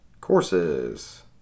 Courses